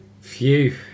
Phew